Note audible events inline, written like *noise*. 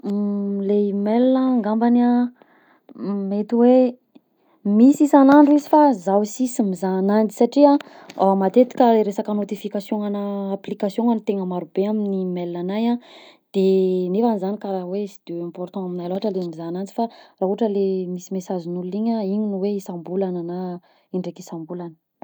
*hesitation* Le mail a ngambany a, mety hoe misy isan'andro izy fa zaho si sy mizaha ananjy satria ah matetika resaka notification ana application no tegna marobe amin'ny mail anahy a, de nefa zany karaha sy de important aminahy loatra le mizaha anazy fa raha ohatra le misy mesazin'olona igny a igny no hoe isam-bolana na indraika isam-bolana.